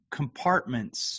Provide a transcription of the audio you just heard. compartments